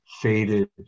faded